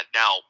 now